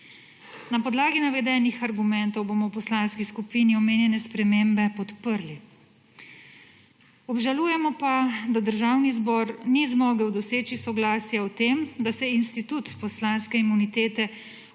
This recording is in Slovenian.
Na podlagi navedenih argumentov bomo v poslanski skupini omenjene spremembe podprli. Obžalujemo pa, da Državni zbor ni zmogel doseči soglasja o tem, da se institut poslanske imunitete